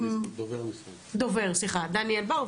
דניאל בר,